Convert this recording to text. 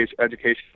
education